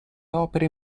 opere